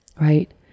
Right